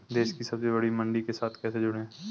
देश की सबसे बड़ी मंडी के साथ कैसे जुड़ें?